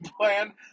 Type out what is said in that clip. plan